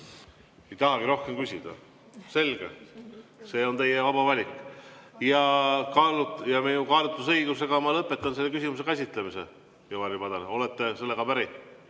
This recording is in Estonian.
Ei tahagi rohkem küsida? Selge. See on teie vaba valik. Ja kaalutlusõigusega ma lõpetan selle küsimuse käsitlemise. Ivari Padar, olete sellega päri?